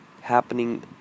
happening